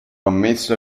ammesso